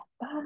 Bye